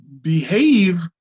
behave